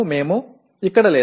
அது குறிக்கப்படுகிறது